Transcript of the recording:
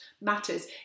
matters